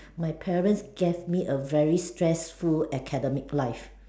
my parents gave me a very stressful academic life